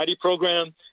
program